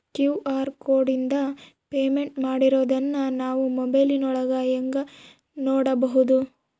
QR ಕೋಡಿಂದ payment ಮಾಡಿರೋದನ್ನ ನಾವು ಮೊಬೈಲಿನೊಳಗ ಹೆಂಗ ನೋಡಬಹುದು?